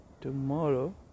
tomorrow